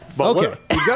Okay